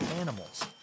animals